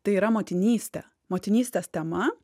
tai yra motinystė motinystės tema